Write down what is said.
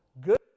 good